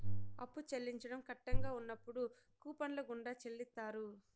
అప్పు చెల్లించడం కట్టంగా ఉన్నప్పుడు కూపన్ల గుండా చెల్లిత్తారు